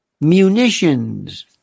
munitions